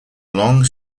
long